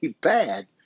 bad